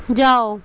जाओ